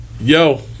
Yo